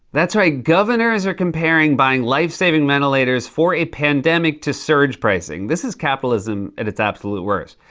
that's right. governors are comparing buying life-saving ventilators for a pandemic to surge pricing. this is capitalism at its absolute worst.